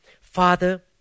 Father